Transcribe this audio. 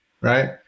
Right